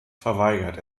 verweigert